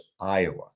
Iowa